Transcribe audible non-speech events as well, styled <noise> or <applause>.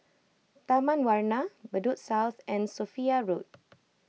Taman Warna Bedok South and Sophia Road <noise>